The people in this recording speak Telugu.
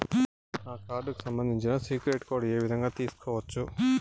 నా కార్డుకు సంబంధించిన సీక్రెట్ పిన్ ఏ విధంగా తీసుకోవచ్చు?